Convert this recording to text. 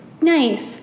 Nice